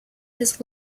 his